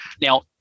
Now